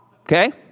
Okay